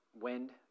wind